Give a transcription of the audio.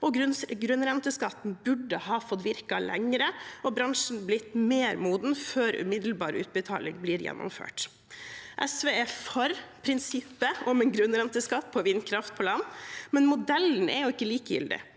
grunnrenteskatten burde fått virke lenger og bransjen blitt mer moden før umiddelbar utbetaling blir gjennomført. SV er for prinsippet om en grunnrenteskatt på vindkraft på land, men modellen er jo ikke likegyldig,